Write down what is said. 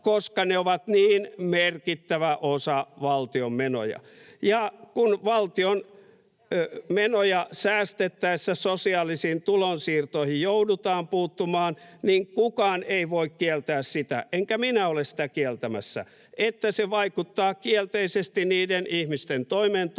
koska ne ovat niin merkittävä osa valtion menoja, ja kun valtion menoja säästettäessä sosiaalisiin tulonsiirtoihin joudutaan puuttumaan, niin kukaan ei voi kieltää sitä — enkä minä ole sitä kieltämässä — että se vaikuttaa kielteisesti niiden ihmisten toimeentuloon,